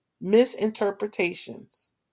misinterpretations